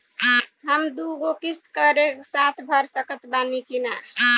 हम दु गो किश्त एके साथ भर सकत बानी की ना?